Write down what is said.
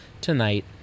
tonight